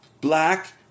black